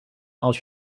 als